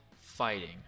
fighting